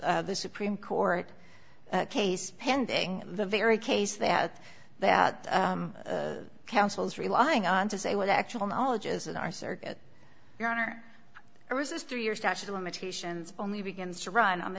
the supreme court case pending the very case that that council is relying on to say what the actual knowledge is in our circuit your honor or is this through your statute of limitations only begins to run on the